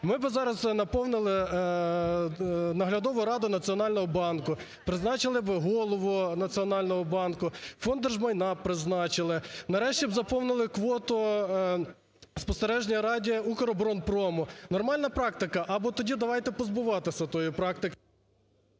ми би зараз наповнили Наглядову раду Національного банку, призначили б голову Національного банку, Фонд держмайна призначили б. Нарешті б заповнили квоту в Спостережній раді "Укроборонпрому". Нормальна практика. Або тоді давайте позбуватися тої практики.